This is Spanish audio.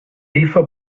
hizo